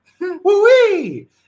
Woo-wee